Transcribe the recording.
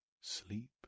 Sleep